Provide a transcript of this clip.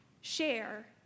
share